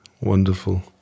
Wonderful